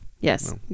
Yes